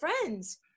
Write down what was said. friends